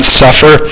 suffer